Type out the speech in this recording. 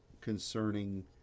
concerning